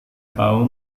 tahu